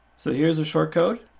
so here's the short code.